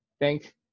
thank